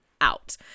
out